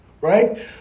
right